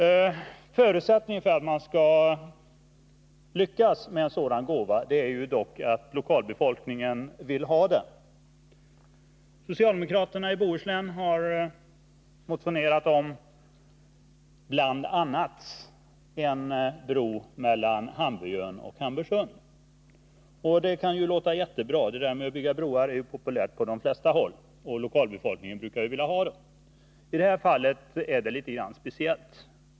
Förutsättningen för att man skall lyckas med en sådan gåva är dock att lokalbefolkningen vill ha den. Socialdemokraterna i Bohuslän har motionerat bl.a. om en bro mellan Hamburgön och Hamburgsund. Det kan låta jättebra. Det där med att bygga broar är ju populärt på de flesta håll, och lokalbefolkningen brukar ju vilja ha en bro. I detta fall är det litet speciellt.